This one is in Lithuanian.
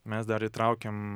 mes dar įtraukiam